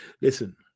listen